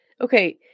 okay